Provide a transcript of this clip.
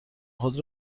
خود